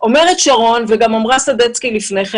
אומרת שרון אלרעי וגם אמרה לפני כן